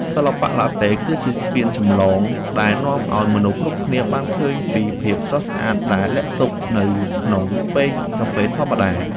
សិល្បៈឡាតេ គឺជាស្ពានចម្លងដែលនាំឱ្យមនុស្សគ្រប់គ្នាបានឃើញពីភាពស្រស់ស្អាតដែលលាក់ទុកនៅក្នុងពែងកាហ្វេធម្មតា។